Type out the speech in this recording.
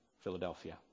Philadelphia